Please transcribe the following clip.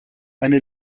eine